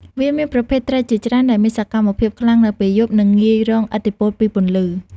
វាមានប្រភេទត្រីជាច្រើនដែលមានសកម្មភាពខ្លាំងនៅពេលយប់ និងងាយរងឥទ្ធិពលពីពន្លឺ។